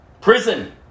Prison